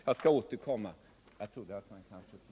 Min taletid är slut, och jag skall be att få återkomma.